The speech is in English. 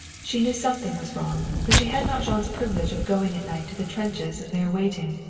she knew something was wrong, but she had not jean's privilege of going at night to the trenches and there waiting,